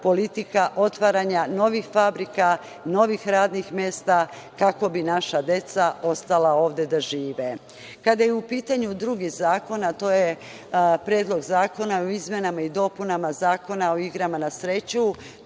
politika otvaranja novih fabrika, novih radnih mesta kako bi naša deca ostala ovde da žive. Kada je u pitanju drugi zakon, a to je Predlog zakona o izmenama i dopunama Zakona o igrama na sreću,